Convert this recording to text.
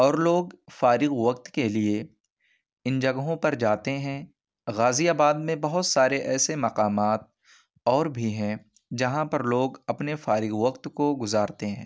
اور لوگ فارغ وقت کے لیے ان جگہوں پر جاتے ہیں غازی آباد میں بہت سارے ایسے مقامات اور بھی ہیں جہاں پر لوگ اپنے فارغ وقت کو گزارتے ہیں